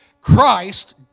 Christ